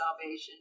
salvation